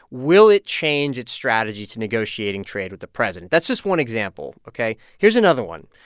will it change its strategy to negotiating trade with the president? that's just one example, ok? here's another one.